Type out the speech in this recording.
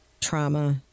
trauma